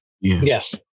Yes